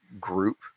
group